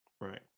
Right